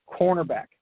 cornerback